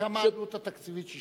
כמה העלות התקציבית?